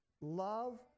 love